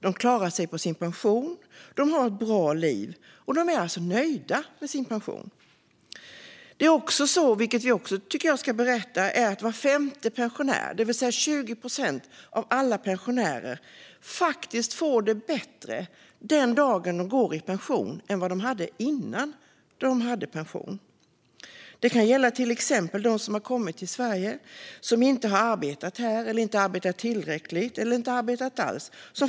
De klarar sig på sin pension, och de har ett bra liv. De är alltså nöjda med sin pension. Det är också så, vilket jag tycker att vi ska berätta, att var femte pensionär - det vill säga 20 procent av alla pensionärer - faktiskt fick det bättre den dagen de gick i pension än vad de hade det innan dess. Det kan till exempel gälla dem som har kommit till Sverige och som inte har arbetat här, som inte har arbetat tillräckligt eller som inte har arbetat alls.